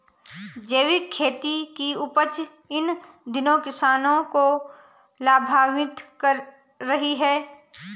जैविक खेती की उपज इन दिनों किसानों को लाभान्वित कर रही है